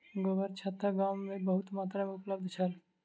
गोबरछत्ता गाम में बहुत मात्रा में उपलब्ध छल